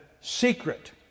secret